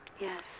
Yes